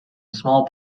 small